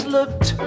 Looked